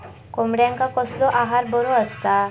कोंबड्यांका कसलो आहार बरो असता?